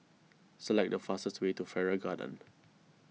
select the fastest way to Farrer Garden